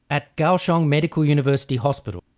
at kaohsiung medical university hospital,